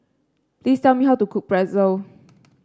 please tell me how to cook Pretzel